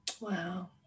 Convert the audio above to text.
Wow